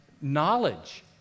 knowledge